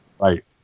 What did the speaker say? Right